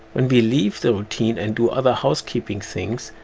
and we leave the routine and do other housekeeping things.